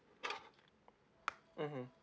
mmhmm